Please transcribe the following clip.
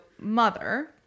mother